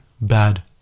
bad